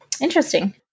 interesting